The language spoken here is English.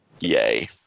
Yay